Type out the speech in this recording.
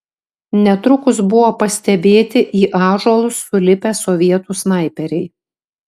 netrukus buvo pastebėti į ąžuolus sulipę sovietų snaiperiai